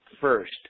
first